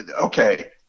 okay